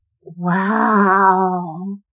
wow